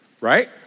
Right